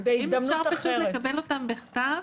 במכתב